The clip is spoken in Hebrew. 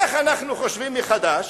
איך אנחנו חושבים מחדש?